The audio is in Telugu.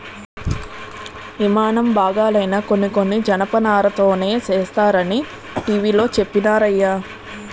యిమానం బాగాలైనా కొన్ని కొన్ని జనపనారతోనే సేస్తరనీ టీ.వి లో చెప్పినారయ్య